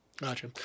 Gotcha